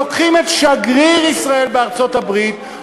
לוקחים את שגריר ישראל בארצות-הברית,